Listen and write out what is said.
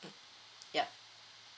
mm yup